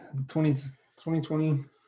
2020